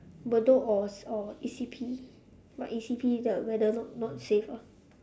bedok or or E_C_P but E_C_P the weather not not safe ah